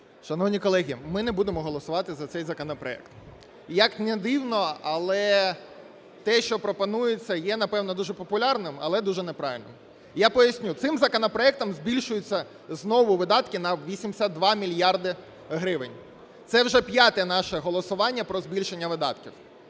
Шановні колеги, ми не будемо голосувати за цей законопроект. І, як не дивно, але те, що пропонується, є, напевно, дуже популярним, але дуже неправильним. Я поясню. Цим законопроектом збільшуються знову видатки на 82 мільярди гривень. Це вже п'яте наше голосування про збільшення видатків.